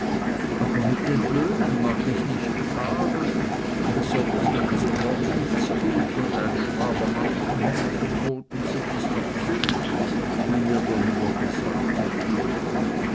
aber mit den löhnen mag ich nicht gfahren besonders wenn das korn nichts giltet und ein schwab am andern hängt vom bodensee bis nach zürich wie mir der müller gesagt hat